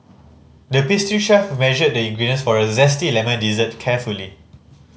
the pastry chef measured the ingredients for a zesty lemon dessert carefully